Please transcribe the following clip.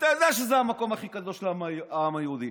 אתה יודע שזה המקום הכי קדוש לעם היהודי,